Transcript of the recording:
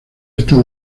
esta